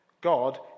God